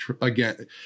again